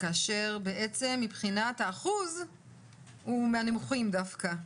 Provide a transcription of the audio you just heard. כאשר בעצם מבחינת האחוז הוא מהנמוכים דווקא.